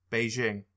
Beijing